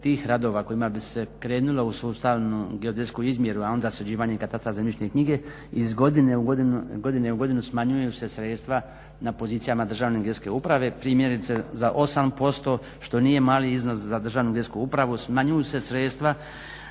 tih radova kojima bi se krenulo u sustavnu geodetsku izmjeru, a onda sređivanje katastra zemljišne knjige iz godine u godinu smanjuju se sredstva na pozicijama Državne geodetske uprave. Primjerice za 8% što nije mali iznos za Državnu geodetsku upravu, smanjuju se sredstva